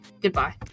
Goodbye